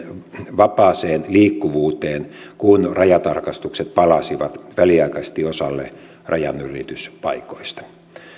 vapaaseen liikkuvuuteen kun rajatarkastukset palasivat väliaikaisesti osalle rajanylityspaikoista